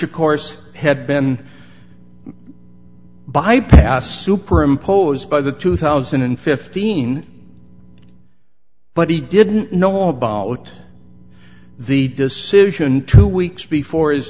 of course had been bypassed superimposed by the two thousand and fifteen but he didn't know all about the decision two weeks before his